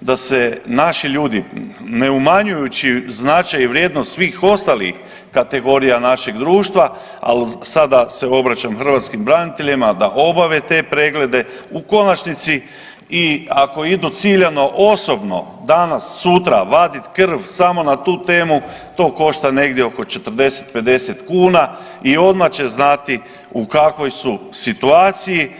da se naši ljudi, ne umanjujući značaj i vrijednost svih ostalih kategorija našeg društva, ali sada se obraćam hrvatskim braniteljima da obave te preglede u konačnici i ako idu ciljano osobno danas sutra vaditi krv samo na tu temu, to košta negdje oko 40-50 kuna i odmah će znati u kakvoj su situaciji.